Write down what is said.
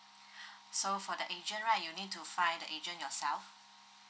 so for that agent right you need to find the agent yourself